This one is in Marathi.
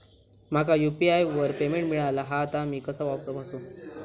माका यू.पी.आय वर पेमेंट मिळाला हा ता मी कसा तपासू?